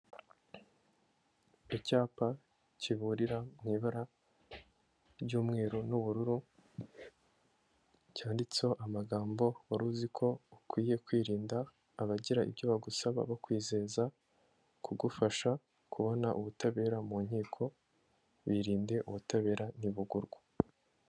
Icyapa kiburira mu ibara ry'umweru n'ubururu, cyanditseho amagambo "wari uzi ko ukwiye kwirinda abagira ibyo bagusaba bakwizeza kugufasha kubona ubutabera mu nkiko, birinde ubutabera ntibugurwa."